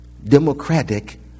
Democratic